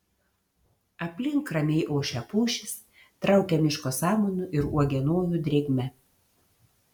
aplink ramiai ošia pušys traukia miško samanų ir uogienojų drėgme